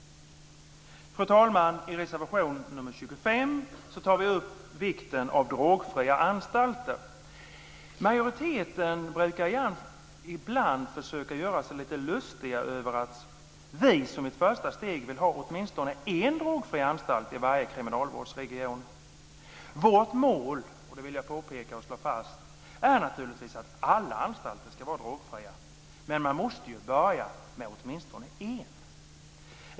Fru talman! I reservation nr 25 tar vi upp vikten av drogfria anstalter. Majoriteten brukar ibland försöka göra sig lite lustig över att vi som ett första steg vill ha åtminstone en drogfri anstalt i varje kriminalvårdsregion. Vårt mål - det vill jag påpeka och slå fast - är naturligtvis att alla anstalter ska vara drogfria, men man måste ju börja med åtminstone en.